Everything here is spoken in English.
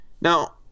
Now